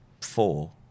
four